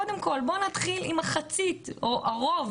קודם כל בוא נתחיל עם מחצית או הרוב